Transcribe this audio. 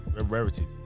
rarity